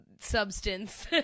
substance